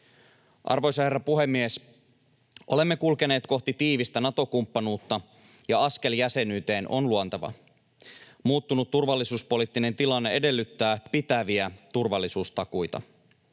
Arvoisa herra puhemies! Olemme kulkeneet kohti tiivistä Nato-kumppanuutta, ja askel jäsenyyteen on luonteva. Muuttunut turvallisuuspoliittinen tilanne edellyttää pitäviä turvallisuustakuita.